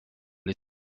les